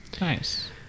Nice